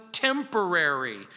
Temporary